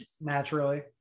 naturally